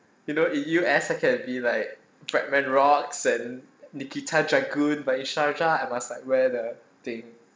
you know in U_S I can be like bretman rock and nikita dragun but in sharjah I must like wear the thing